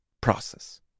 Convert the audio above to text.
process